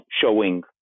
showing